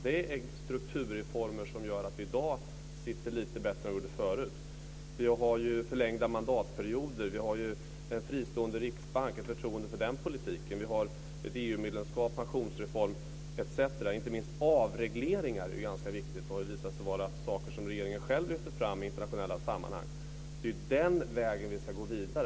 Det är strukturreformer som gör att vi i dag sitter lite bättre än vad vi gjorde förut. Vi har förlängda mandatperioder. Vi har en fristående riksbank och ett förtroende för den politiken. Vi har ett EU-medlemskap och en pensionsreform. Inte minst avregleringar är ganska viktiga och har visat sig vara saker som regeringen själv lyfter fram i internationella sammanhang. Det är den vägen vi ska gå vidare.